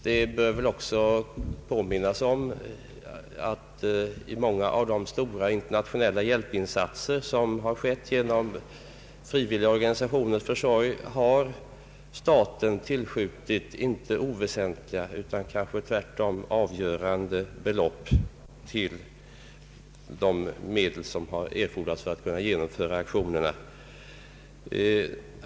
Det bör väl också erinras om att i samband med många av de stora internationella hjälpinsatser som skett genom frivilliga organisationers försorg har staten tillskjutit inte oväsentliga utan kanske tvärtom avgörande belopp till de medel som erfordrats för aktionernas genomförande.